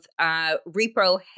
repro